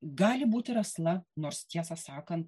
gali būti ir asla nors tiesą sakant